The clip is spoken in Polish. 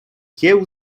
kieł